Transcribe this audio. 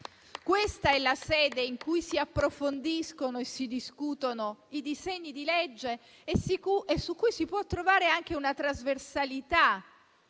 Questa è la sede in cui si approfondiscono e si discutono i disegni di legge e nella quale si può trovare anche una trasversalità